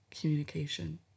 communication